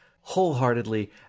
wholeheartedly